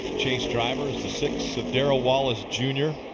chase drivers, the six of darrell wallace jr.